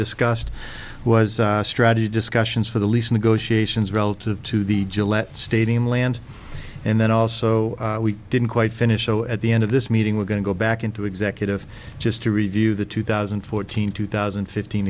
discussed was strategy discussions for the lease negotiations relative to the gillette stadium land and then also we didn't quite finish though at the end of this meeting we're going to go back into executive just to review the two thousand and fourteen two thousand and fifteen